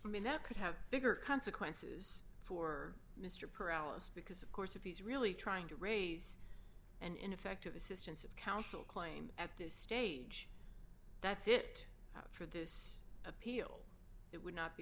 i mean that could have bigger consequences for mr paralysis because of course if he's really trying to raise an ineffective assistance of counsel claim at this stage that's it for this appeal it would not be